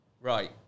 Right